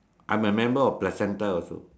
I'm a member of placenta also